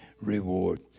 reward